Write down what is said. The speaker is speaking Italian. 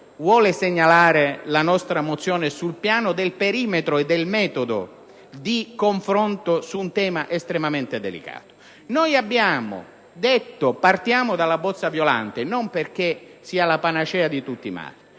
vuole segnalare la nostra mozione sul piano del perimetro e del metodo di confronto su un tema estremamente delicato. Noi abbiamo proposto di partire dalla bozza Violante non perché questa sia la panacea di tutti i mali,